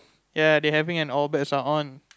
ya they having an all bets are on